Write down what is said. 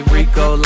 Rico